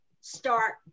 start